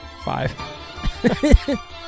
Five